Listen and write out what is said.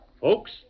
Folks